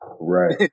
Right